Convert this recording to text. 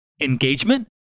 engagement